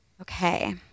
Okay